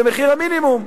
זה מחיר המינימום.